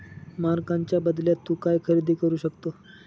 मानकांच्या बदल्यात तू काय खरेदी करू शकतो?